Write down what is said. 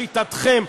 לשיטתכם,